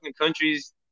countries